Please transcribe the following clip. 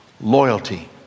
loyalty